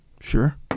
Sure